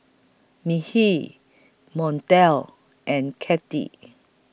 Mekhi Montel and Katy